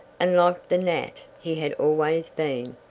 and like the nat he had always been,